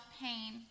pain